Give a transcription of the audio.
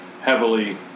heavily